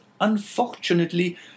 unfortunately